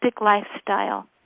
lifestyle